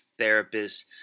Therapists